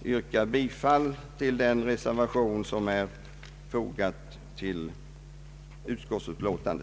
få yrka bifall till den reservation som är fogad till utskottsutlåtandet.